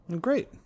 Great